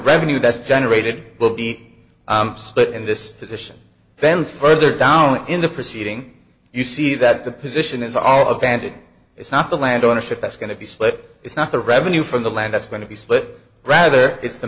revenue that's generated will be split in this position then further down in the proceeding you see that the position is all abandoned it's not the land ownership that's going to be split it's not the revenue from the land that's going to be split rather it's the